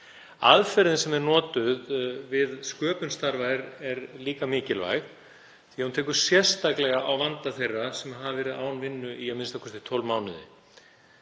Aðferðin sem er notuð við sköpun starfa er líka mikilvæg því hún tekur sérstaklega á vanda þeirra sem hafa verið án vinnu í a.m.k. 12 mánuði.